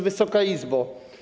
Wysoka Izbo!